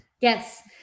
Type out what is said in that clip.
Yes